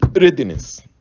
readiness